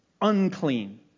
Unclean